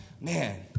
man